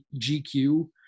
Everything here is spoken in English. gq